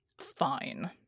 Fine